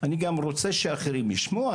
אני גם רוצה שאחרים ישמעו.